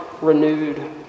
renewed